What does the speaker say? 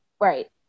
Right